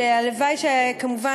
כמובן,